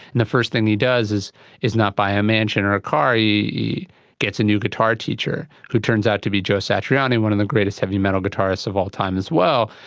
and the first thing he does is is not buy a mansion or a car, he gets a new guitar teacher who turns out to be joe satriani, one of the greatest heavy metal guitarists of all time as well.